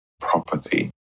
property